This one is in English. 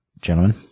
gentlemen